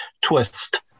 twist